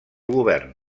govern